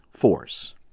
force